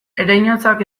ereinotzak